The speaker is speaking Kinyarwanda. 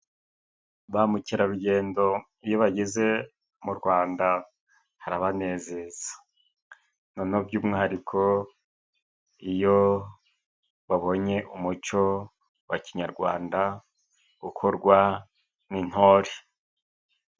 Ba mukerarugendo iyo bageze mu Rwanda harabanezeza, noneho by'umwihariko iyo babonye umuco wa kinyarwanda ukorwa n'intore.